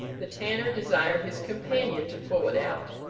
the tanner desired his companion to pull it out,